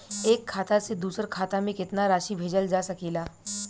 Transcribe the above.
एक खाता से दूसर खाता में केतना राशि भेजल जा सके ला?